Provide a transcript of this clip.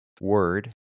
word